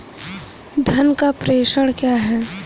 धन का प्रेषण क्या है?